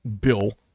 bill